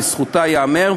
לזכותה ייאמר,